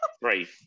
Three